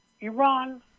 Iran